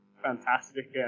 fantastic